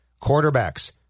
Quarterbacks